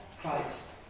Christ